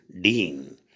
dean